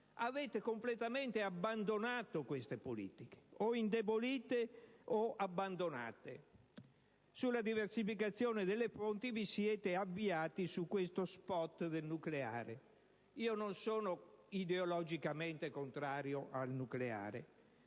Avete completamente abbandonato queste politiche, o le avete indebolite. Per quanto riguarda la diversificazione delle fonti vi siete avviati su questo *spot* del nucleare. Non sono ideologicamente contrario al nucleare,